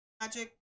magic